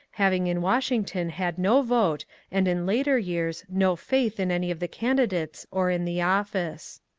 having in washington had no vote and in later years no faith in any of the candidates or in the office.